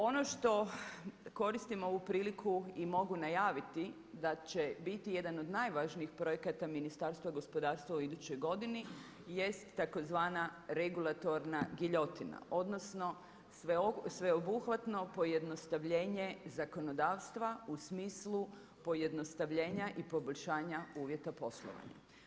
Ono što koristim ovu priliku i mogu najaviti da će biti jedan od najvažnijih projekata Ministarstva gospodarstva u idućoj godini jest tzv. regulatorna giljotina, odnosno sveobuhvatno pojednostavljenje zakonodavstva u smislu pojednostavljenja i poboljšanja uvjeta poslovanja.